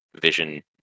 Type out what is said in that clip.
vision